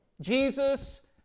Jesus